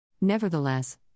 Nevertheless